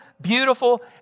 beautiful